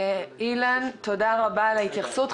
אילן, תודה רבה על ההתייחסות.